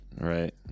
right